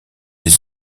les